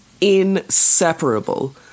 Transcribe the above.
inseparable